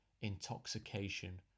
intoxication